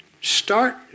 Start